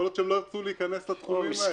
יכול להיות שהם לא ירצו להיכנס לתחומים האלה.